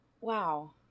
Wow